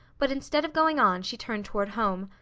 but instead of going on she turned toward home.